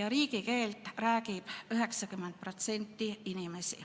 ja riigikeelt räägib 90% inimesi.